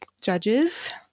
Judges